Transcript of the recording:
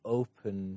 open